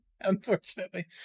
unfortunately